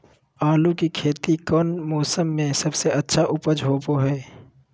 आलू की खेती कौन मौसम में सबसे अच्छा उपज होबो हय?